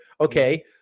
Okay